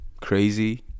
crazy